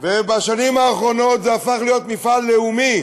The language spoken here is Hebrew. ובשנים האחרונות זה הפך להיות מפעל לאומי,